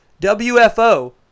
WFO